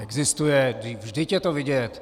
Existuje, vždyť je to vidět.